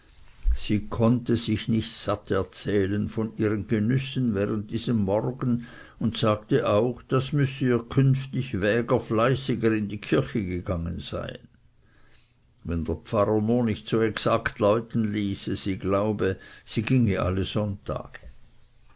sie konnte sich nicht satt erzählen von ihren genüssen während diesem morgen und sagte auch das müsse ihr künftig wäger fleißiger in die kirche gegangen sein wenn der pfarrer nur nicht so exakt läuten ließe sie glaube sie ginge alle sonntage